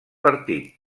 partit